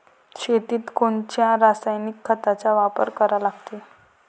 शेतीत कोनच्या रासायनिक खताचा वापर करा लागते?